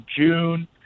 June